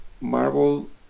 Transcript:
Marvel